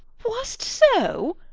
was't so!